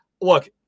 Look